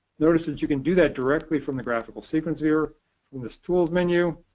notice that you can do that directly from the graphical sequence area in this tools menu.